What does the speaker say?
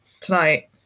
tonight